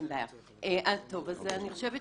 אני חושבת